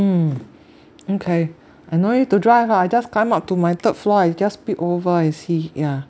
mm mm kay I no need to drive ah I just climb up to my third floor I just peep over and see ya